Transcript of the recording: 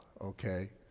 okay